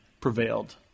prevailed